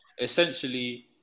essentially